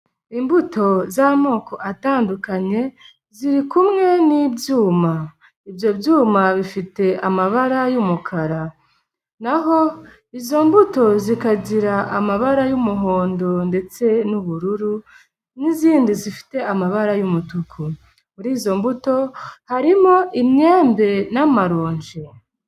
Imbuto z'amoko atandukanye ziri kumwe n'ibyuma, ibyo byuma bifite amabara y'umukara, naho izo mbuto zikagira amabara y'umuhondo ndetse n'ubururu n'izindi zifite amabara y'umutuku, muri izo mbuto harimo imyembe n'amaroji.